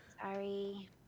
Sorry